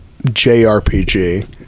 JRPG